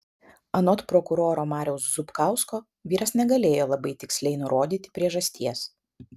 anot prokuroro mariaus zupkausko vyras negalėjo labai tiksliai nurodyti priežasties